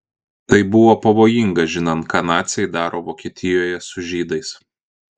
tai buvo pavojinga žinant ką naciai daro vokietijoje su žydais